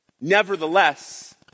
nevertheless